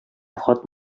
хат